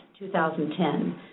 2010